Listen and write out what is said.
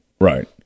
Right